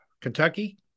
Kentucky